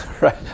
right